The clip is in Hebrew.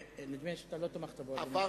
נדמה לי שאתה לא תמכת בו, אדוני היושב-ראש.